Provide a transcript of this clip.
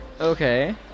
okay